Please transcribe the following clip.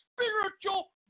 spiritual